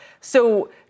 So-